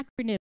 acronym